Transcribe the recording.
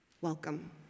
Welcome